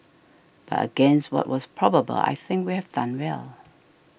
but against what was probable I think we have done well